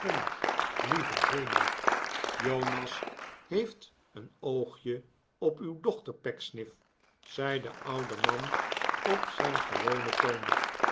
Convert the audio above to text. lieve hemel jonas heeft een oogje op uw dochter pecksniff zei de oude man op zijn gewonen toon